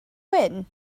wyn